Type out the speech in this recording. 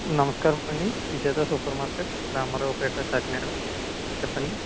నమస్కారం అండి Vijetha super market Ramaraopeta Kakinada చెప్పండి